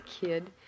kid